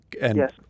Yes